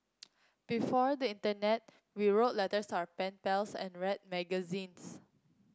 before the internet we wrote letters our pen pals and read magazines